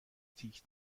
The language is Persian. تیک